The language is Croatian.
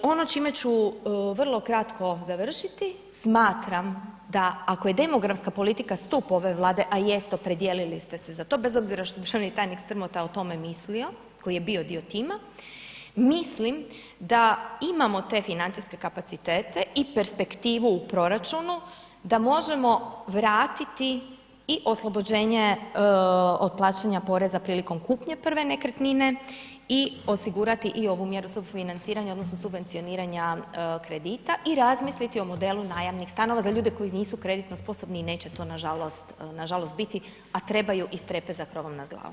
I ono čime ću vrlo kratko završiti, smatram da ako je demografska politika stup ove Vlade, a jeste opredijelili ste se za to, bez obzira što državni tajnik Strmota o tome mislio koji je bio dio tima, mislim da imamo te financijske kapacitete i perspektivu u proračunu da možemo vratiti i oslobođenje od plaćanja poreza prilikom kupnje prve nekretnine i osigurati i ovu mjeru sufinanciranja odnosno subvencioniranja kredita i razmisliti o modelu najamnih stanova za ljude koji nisu kreditno sposobni i neće to nažalost, nažalost biti, a trebaju i strepe za krovom nad glavom.